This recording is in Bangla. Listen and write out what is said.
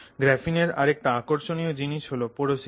গ্রাফিনের আরেকটা আকর্ষণীয় জিনিস হল পোরোসিটি